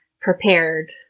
prepared